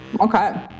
Okay